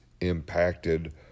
impacted